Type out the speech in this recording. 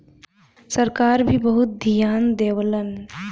सरकार भी बहुत धियान देवलन